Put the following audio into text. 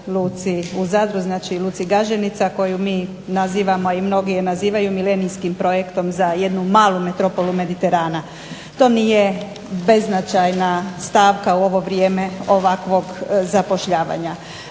u Zadru, znači luci Gaženica koju mi nazivamo, a i mnogi je nazivaju Milenijskim projektom za jednu malu metropolu Mediterana. To nije beznačajna stavka u ovo vrijeme ovakvog zapošljavanja.